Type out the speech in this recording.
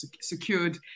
secured